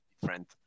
different